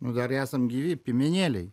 nu dar esam gyvi piemenėliai